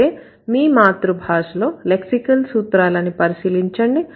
అయితే మీ మాతృభాషలో లెక్సికల్ సూత్రాలని పరిశీలించండి